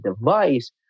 device